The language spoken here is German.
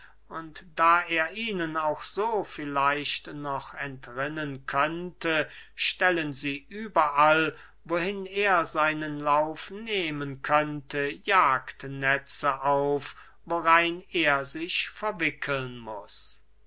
und da er ihnen auch so vielleicht noch entrinnen könnte stellen sie überall wohin er seinen lauf nehmen könnte jagdnetze auf worein er sich verwickeln muß